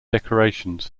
decorations